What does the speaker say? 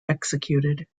executed